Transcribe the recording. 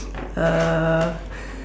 uh